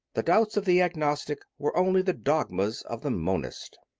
the doubts of the agnostic were only the dogmas of the monist.